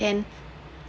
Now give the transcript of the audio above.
then